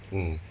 mm